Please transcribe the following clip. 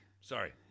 Sorry